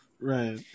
right